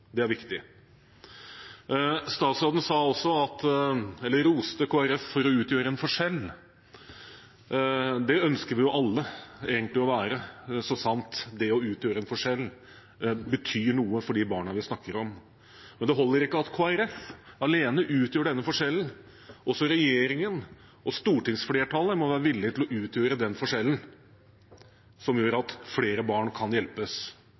Det er viktig. Statsråden roste også Kristelig Folkeparti for å utgjøre en forskjell. Det ønsker vi egentlig alle, så sant det å utgjøre en forskjell betyr noe for de barna vi snakker om. Men det holder ikke at Kristelig Folkeparti alene utgjør denne forskjellen. Også regjeringen og stortingsflertallet må være villige til å utgjøre den forskjellen som gjør at flere barn kan hjelpes